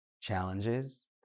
challenges